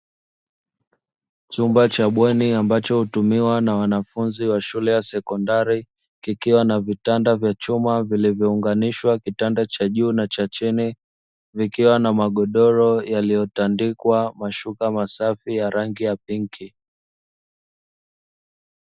Chumba cha bweni ambacho hutumiwa na wanafunzi wa shule ya sekondari. Kikiwa na vitanda vya chuma vilivyounganishwa kitanda cha juu na cha chini. Vikiwa na magodoro yaliyotandikwa mashuka masafi ya rangi ya pinki.